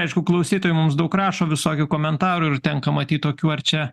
aišku klausytojai mums daug rašo visokių komentarų ir tenka matyt tokių ar čia